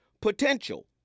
Potential